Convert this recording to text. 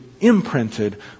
imprinted